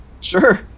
Sure